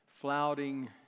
Flouting